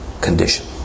condition